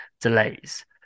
delays